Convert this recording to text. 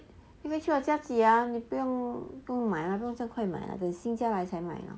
你可以去我家挤 ah 你不用买不用再快买等新家来才买